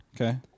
Okay